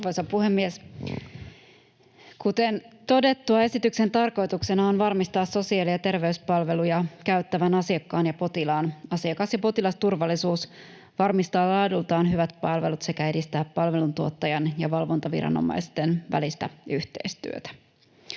Arvoisa puhemies! Kuten todettua, esityksen tarkoituksena on varmistaa sosiaali- ja terveyspalveluja käyttävän asiakkaan ja potilaan asiakas- ja potilasturvallisuus, varmistaa laadultaan hyvät palvelut sekä edistää palveluntuottajan ja valvontaviranomaisten välistä yhteistyötä.